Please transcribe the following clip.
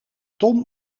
tom